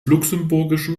luxemburgischen